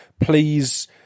Please